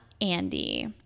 Andy